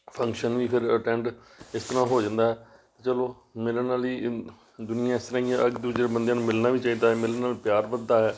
function ਵੀ ਫਿਰ attend ਇਸ ਤਰ੍ਹਾਂ ਹੋ ਜਾਂਦਾ ਚਲੋ ਮਿਲਣ ਨਾਲ ਹੀ ਦੁਨੀਆ ਇਸ ਤਰ੍ਹਾਂ ਹੀ ਹੈ ਇੱਕ ਦੂਜੇ ਬੰਦਿਆਂ ਨੂੰ ਮਿਲਣਾ ਵੀ ਚਾਹੀਦਾ ਹੈ ਮਿਲਣ ਨਾਲ ਪਿਆਰ ਵੱਧਦਾ ਹੈ